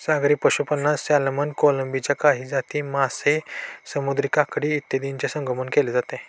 सागरी पशुपालनात सॅल्मन, कोळंबीच्या काही जाती, मासे, समुद्री काकडी इत्यादींचे संगोपन केले जाते